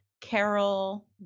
carol